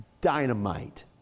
Dynamite